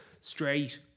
straight